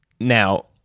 now